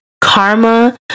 karma